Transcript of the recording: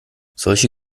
solche